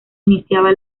iniciaba